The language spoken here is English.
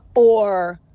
or,